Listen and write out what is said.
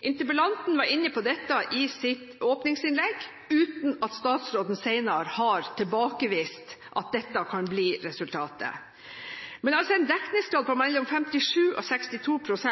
Interpellanten var inne på dette i sitt åpningsinnlegg, uten at statsråden senere har tilbakevist at dette kan bli resultatet. En dekningsgrad på mellom 57 og 62 pst.